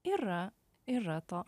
yra yra to